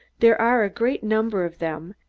there are a great number of them,